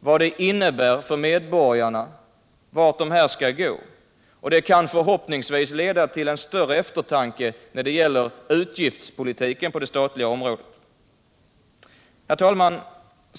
vad den innebär för medborgarna och vart den skall gå, och det kan förhoppningsvis leda till en större eftertanke i utgiftspolitiken på det statliga området. Herr talman!